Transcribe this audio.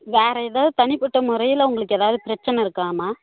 வேறு ஏதாவது தனிப்பட்ட முறையில் உங்களுக்கு ஏதாவது பிரச்சனை இருக்காம்மா